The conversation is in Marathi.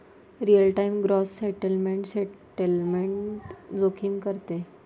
real time gross settlement settlement जोखीम कमी करते